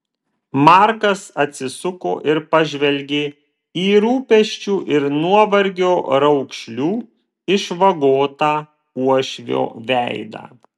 markas atsisuko ir pažvelgė į rūpesčių ir nuovargio raukšlių išvagotą uošvio veidą